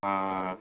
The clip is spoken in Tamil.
ஆ